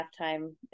halftime